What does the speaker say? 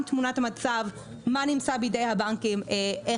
את תמונת המצב מה נמצא בידי הבנקים,